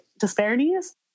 disparities